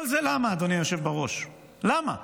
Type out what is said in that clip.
כל זה למה, אדוני היושב בראש, למה?